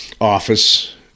office